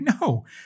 no